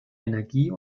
energie